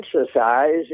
exercise